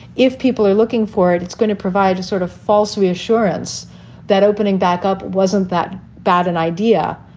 if people are looking for it, it's going to provide a sort of false reassurance that opening back up wasn't that bad an idea.